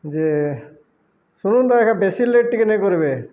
ଯେ ଶୁଣନ୍ତୁ ଆଜ୍ଞା ବେଶୀ ଲେଟ୍ ଟିକେ ନାଇଁ କରିବେ